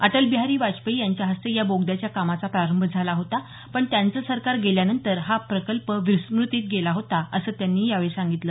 अटल बिहारी वाजपेयी यांच्या हस्ते या बोगद्याच्या कामाचा प्रारंभ झाला होता पण त्यांचं सरकार गेल्यानंतर हा प्रकल्प विस्मृतीत गेला होता असं त्यांनी यावेळी सांगितलं